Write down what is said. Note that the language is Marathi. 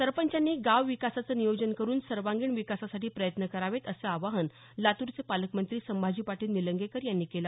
सरपंचांनी गाव विकासाचं नियोजन करुन सर्वांगीण विकासासाठी प्रयत्न करावेत असं आवाहन लातूरचे पालकमंत्री संभाजी पाटील निलंगेकर यांनी केलं